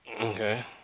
Okay